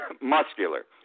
muscular